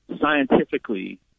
scientifically